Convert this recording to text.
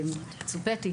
ציפו ממני,